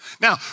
Now